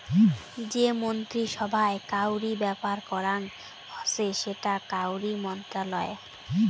যে মন্ত্রী সভায় কাউরি ব্যাপার করাং হসে সেটা কাউরি মন্ত্রণালয়